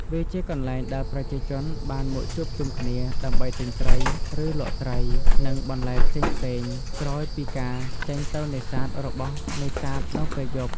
វាជាកន្លែងដែលប្រជាជនបានមកជួបជុំគ្នា ដើម្បីទិញត្រី ឬលក់ត្រី និងបន្លែផ្សេងៗ ក្រោយពីការចេញទៅនេសាទរបស់នេសាទនៅពេលយប់។